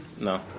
No